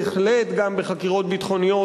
בהחלט גם בחקירות ביטחוניות,